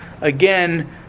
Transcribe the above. again